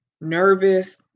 nervous